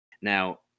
Now